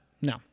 No